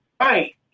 right